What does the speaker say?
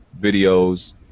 videos